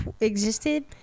existed